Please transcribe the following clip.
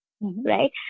right